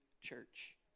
church